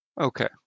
Okay